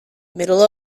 middle